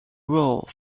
role